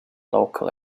local